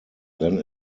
then